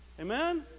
amen